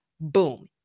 Boom